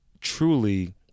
truly